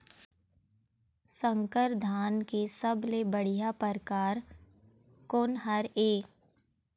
संकर धान के सबले बढ़िया परकार कोन हर ये?